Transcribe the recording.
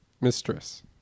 Mistress